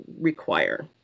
require